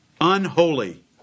unholy